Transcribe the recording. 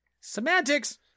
Semantics